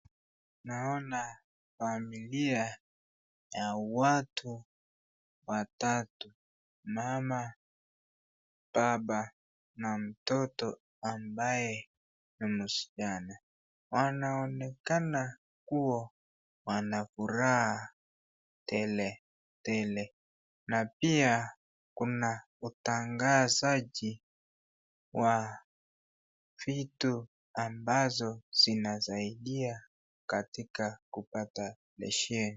Naona familia ya watu watatu, mama ,baba na mtoto ambaye wameshikana. Wanaonekana kuwa wana furaha tele tele na pia kuna utangazaji wa vitu ambazo zinasaidia katika kupata besheni.